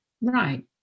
Right